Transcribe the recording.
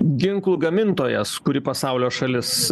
ginklų gamintojas kuri pasaulio šalis